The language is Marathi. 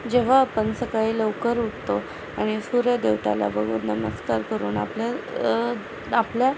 जेव्हा आपण सकाळी लवकर उठतो आणि सूर्य देवताला बघून नमस्कार करून आपल्या आपल्या